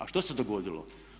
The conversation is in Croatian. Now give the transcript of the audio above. A što se dogodilo?